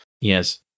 Yes